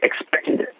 expected